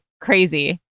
crazy